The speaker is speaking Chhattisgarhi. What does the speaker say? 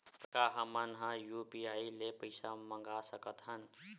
का हमन ह यू.पी.आई ले पईसा मंगा सकत हन?